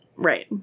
Right